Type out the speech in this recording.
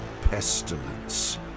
pestilence